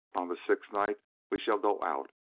on the sixth night we shall go out!